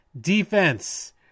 Defense